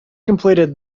completed